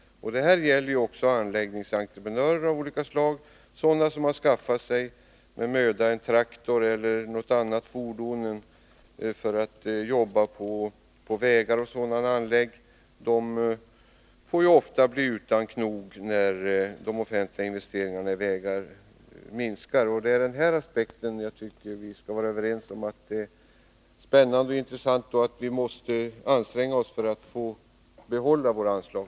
Detta gäller också anläggningsentreprenörer av olika slag, sådana som med möda har skaffat sig en traktor eller något annat fordon för att jobba på vägar m.fl. anläggningar. De blir ju ofta utan ”knog” när de offentliga investeringarna i vägar minskar. Jag tycker vi skall vara överens om att den aspekten är spännande och intressant, och den gör att vi måste anstränga oss för att få behålla våra väganslag.